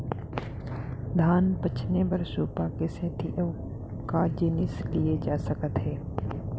धान पछिने बर सुपा के सेती अऊ का जिनिस लिए जाथे सकत हे?